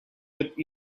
with